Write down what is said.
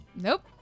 Nope